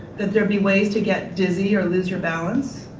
that there be ways to get dizzy or lose your balance.